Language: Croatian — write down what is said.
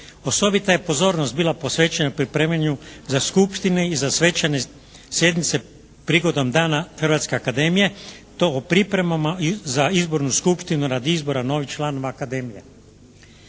Osobita je pozornost bila posvećena pripremanju za skupštine i za svečane sjednice prigodom dana Hrvatske akademije. To o priprema za Izbornu skupštinu radi izbora novih članova Akademije.